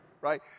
right